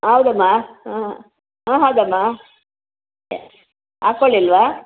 ಹೌದಮ್ಮ ಹಾಂ ಹೌದಮ್ಮ ಹಾಕ್ಕೋಳಿಲ್ವಾ